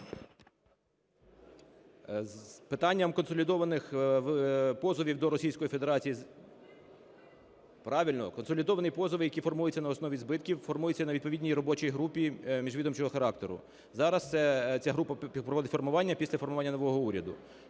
З питанням консолідованих позовів до Російської Федерації… Правильно. Консолідовані позови, які формуються на основі збитків, формуються на відповідній робочій групі міжвідомчого характеру. Зараз ця група проводить формування після формування нового уряду.